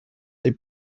they